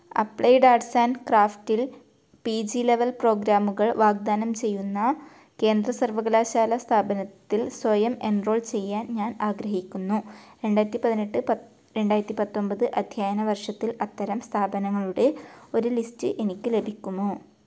applied arts and ക്രാഫ്റ്റിൽ P G level പ്രോഗ്രാമുകൾ വാഗ്ദാനം ചെയ്യുന്ന കേന്ദ്ര സർവകലാശാല സ്ഥാപനത്തിൽ സ്വയം എൻറോൾ ചെയ്യാൻ ഞാൻ ആഗ്രഹിക്കുന്നു രണ്ടായിരത്തി പതിനെട്ട് പത്ത് രണ്ടായിരത്തി പത്തൊൻപത് അധ്യായന വർഷത്തിൽ അത്തരം സ്ഥാപനങ്ങളുടെ ഒരു ലിസ്റ്റ് എനിക്ക് ലഭിക്കുമോ